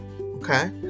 okay